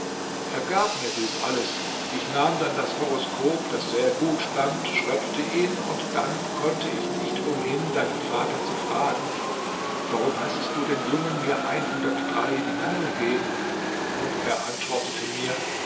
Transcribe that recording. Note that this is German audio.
er gab mir dies alles ich nahm dann das horoskop das sehr gut stand schröpfte ihn und dann konnte ich nicht umhin deinen vater zu fragen warum heißest du den jungen mir dinare geben und er antwortete mir